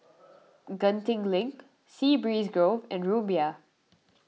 Genting Link Sea Breeze Grove and Rumbia